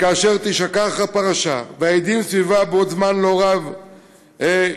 וכאשר תישכח הפרשה וההדים סביבה בעוד זמן לא רב ייעלמו,